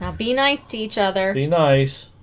um be nice to each other be nice